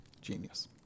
Genius